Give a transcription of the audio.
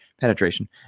penetration